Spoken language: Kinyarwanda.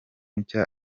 nshya